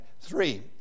three